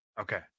Okay